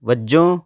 ਵਜੋਂ